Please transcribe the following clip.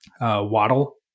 Waddle